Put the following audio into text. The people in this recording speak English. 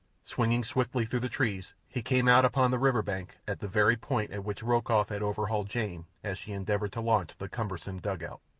swinging swiftly through the trees, he came out upon the river-bank at the very point at which rokoff had overhauled jane as she endeavoured to launch the cumbersome dugout.